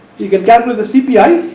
you can calculate the cpi